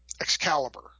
Excalibur